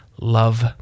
love